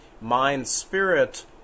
mind-spirit